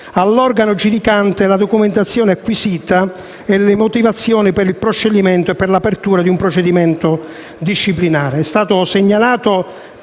all'organo giudicante la documentazione acquisita e le motivazioni per il proscioglimento e l'apertura di un procedimento disciplinare.